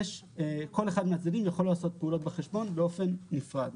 כל אחד מהצדדים יכול לעשות פעולות בחשבון באופן נפרד.